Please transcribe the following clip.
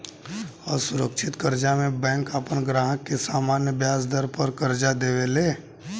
असुरक्षित कर्जा में बैंक आपन ग्राहक के सामान्य ब्याज दर पर कर्जा देवे ले